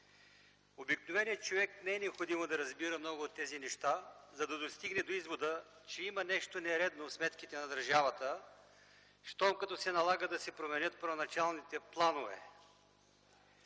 обикновеният човек да разбира много от тези неща, за да стигне до извода, че има нещо нередно в сметките на държавата, щом като се налага да се променят първоначалните планове.